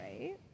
right